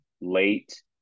late